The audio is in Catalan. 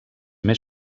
més